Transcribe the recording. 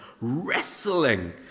wrestling